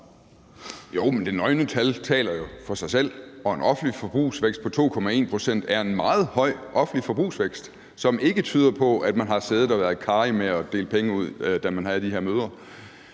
Jo, men de nøgne tal taler jo for sig selv, og en offentlig forbrugsvækst på 2,1 pct. er en meget høj offentlig forbrugsvækst, som ikke tyder på, at man har siddet og været karrige med at dele penge ud, da man havde de her møder.